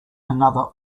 another